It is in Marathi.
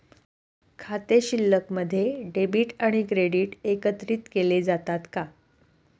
खाते शिल्लकमध्ये डेबिट आणि क्रेडिट एकत्रित केले जातात का?